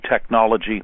technology